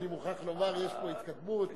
אני מוכרח לומר, יש פה התקדמות.